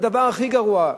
הדבר הכי גרוע,